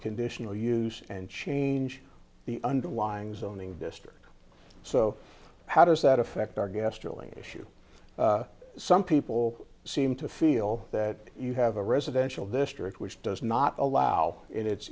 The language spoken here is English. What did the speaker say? conditional use and change the underlying zoning district so how does that affect our gas drilling issue some people seem to feel that you have a residential district which does not allow i